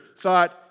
thought